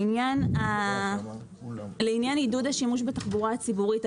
לעניין עידוד השימוש בתחבורה הציבורית,